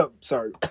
sorry